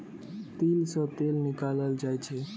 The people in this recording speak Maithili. तिल सं तेल निकालल जाइ छै